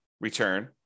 return